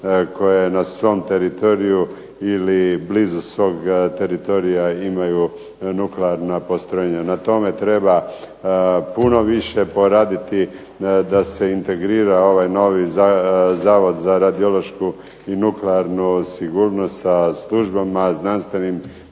koje na svom teritoriju ili blizu svog teritorija imaju nuklearna postrojenja. Na tome treba puno više poraditi da se integrira ovaj novi Zavod za radiološku i nuklearnu sigurnost sa službama, znanstvenim